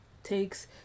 takes